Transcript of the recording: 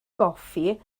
goffi